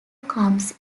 comes